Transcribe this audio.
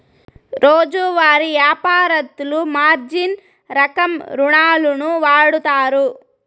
రోజువారీ యాపారత్తులు మార్జిన్ రకం రుణాలును వాడుతారు